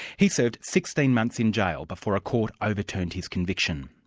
he served sixteen months in jail before a court overturned his conviction.